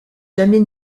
jamais